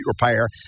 repair